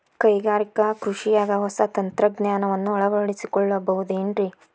ಕೈಗಾರಿಕಾ ಕೃಷಿಯಾಗ ಹೊಸ ತಂತ್ರಜ್ಞಾನವನ್ನ ಅಳವಡಿಸಿಕೊಳ್ಳಬಹುದೇನ್ರೇ?